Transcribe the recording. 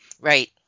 Right